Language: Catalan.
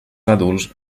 adults